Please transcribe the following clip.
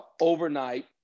overnight